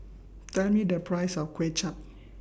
Tell Me The Price of Kuay Chap